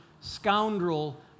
scoundrel